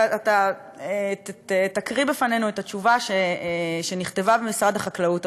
ואתה תקריא בפנינו את התשובה שנכתבה במשרד החקלאות,